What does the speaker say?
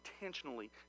intentionally